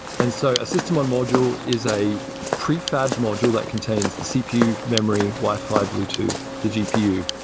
and so a system on module is a prefabbed module that contains the cpu, memory, wi-fi, bluetooth, the gpu.